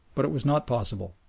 but it was not possible,